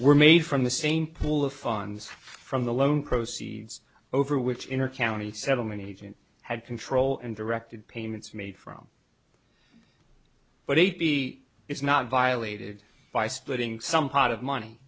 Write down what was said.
were made from the same pool of funds from the loan proceeds over which in our county settlement agent had control and directed payments made from but he is not violated by splitting some pot of money